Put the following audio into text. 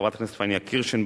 חברת הכנסת פניה קירשנבאום,